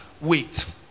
Wait